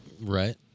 Right